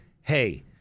hey